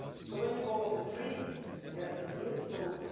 so when you go on the trees, and you have this beautiful,